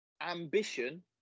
Ambition